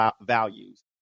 values